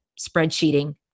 spreadsheeting